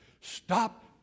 Stop